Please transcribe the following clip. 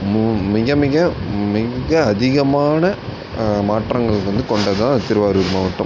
மு மிக மிக மிக அதிகமான மாற்றங்கள் வந்து கொண்டதுதான் திருவாரூர் மாவட்டம்